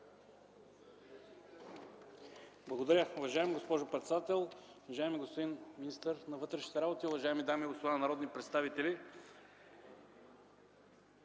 Благодаря.